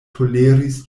toleris